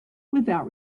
without